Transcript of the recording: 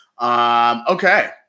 Okay